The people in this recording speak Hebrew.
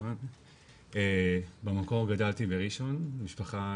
במקור גדלתי בראשון במשפחה